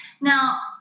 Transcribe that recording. Now